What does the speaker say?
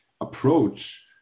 approach